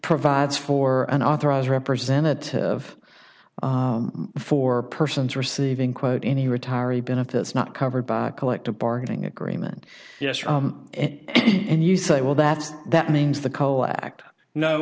provides for an authorized representative of four persons receiving quote any retiree benefits not covered by collective bargaining agreement and you say well that's that means the coal act no